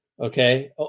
Okay